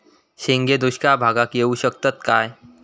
शेंगे दुष्काळ भागाक येऊ शकतत काय?